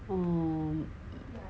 um